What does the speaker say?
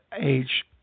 age